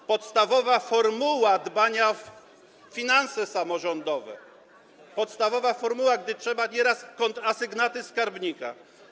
To podstawowa formuła dbania o finanse samorządowe, podstawowa formuła, gdy trzeba nieraz kontrasygnaty skarbnika.